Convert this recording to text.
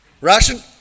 Russian